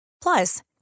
Plus